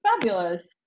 fabulous